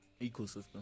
ecosystem